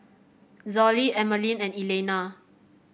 Zollie Emmaline and Elaina